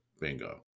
bingo